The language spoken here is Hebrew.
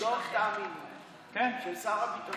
יואב, תן פעם אחת לבדוק את האמינות של שר הביטחון.